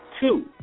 Two